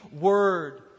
word